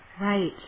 Right